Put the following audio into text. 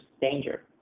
danger